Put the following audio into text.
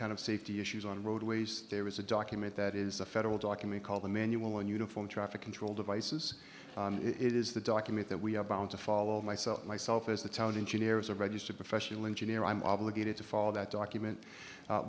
kind of safety issues on roadways there is a document that is a federal document called the manual and uniform traffic control devices it is the document that we are bound to follow myself myself as the town engineer is a registered professional engineer i'm obligated to follow that document